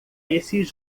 esses